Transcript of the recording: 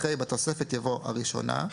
אחרי 13כא,13כב"בתוספת" יבוא "הראשונה".